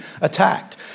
attacked